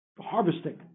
harvesting